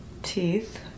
teeth